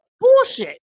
Bullshit